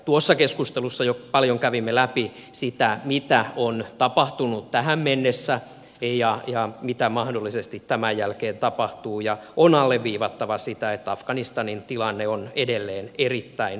tuossa keskustelussa jo paljon kävimme läpi sitä mitä on tapahtunut tähän mennessä ja mitä mahdollisesti tämän jälkeen tapahtuu ja on alleviivattava sitä että afganistanin tilanne on edelleen erittäin hauras